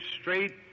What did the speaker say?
straight